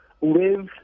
live